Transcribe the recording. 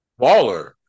baller